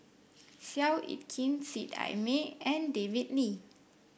Seow Yit Kin Seet Ai Mee and David Lee